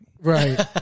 Right